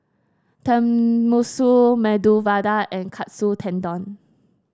Tenmusu Medu Vada and Katsu Tendon